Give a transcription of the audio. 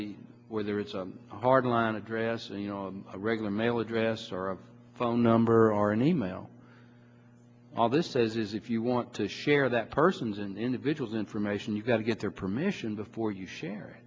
the where there is a hard line address and you know a regular email address or phone number or an e mail all this says is if you want to share that person's an individual's information you've got to get their permission before you share